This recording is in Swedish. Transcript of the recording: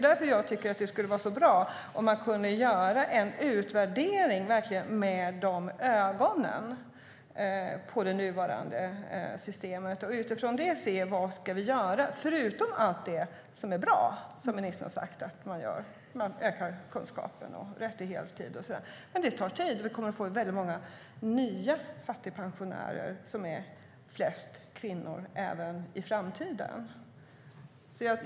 Därför tycker jag att det skulle vara bra om man kunde göra en utvärdering av det nuvarande systemet med de glasögonen på och utifrån det se vad vi ska göra, förutom allt det som är bra och som ministern har sagt att man gör, nämligen öka kunskapen, rätt till heltid och så vidare. Men det tar tid, och vi kommer att få väldigt många nya fattigpensionärer varav flertalet är kvinnor även i framtiden.